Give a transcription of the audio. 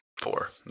Four